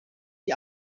die